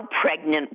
pregnant